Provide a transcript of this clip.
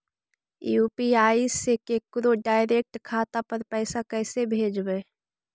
UPI से केकरो direct खाता पर पैसा कैसे भेजबै?